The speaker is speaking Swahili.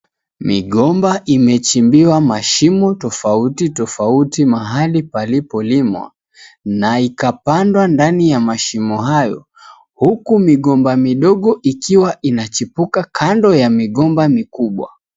Migomba imechimbiwa mashimo tofauti tofauti mahali palipolimwa na ikapandwa ndani ya mashimo hayo, huku migomba midogo ikiwa inachipuka kando ya migomba mikubwa.